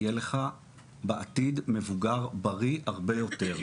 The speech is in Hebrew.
יהיה לך בעתיד מבוגר בריא הרבה יותר.